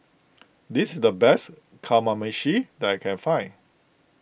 this is the best Kamameshi that I can find